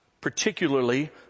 particularly